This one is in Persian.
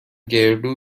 گردو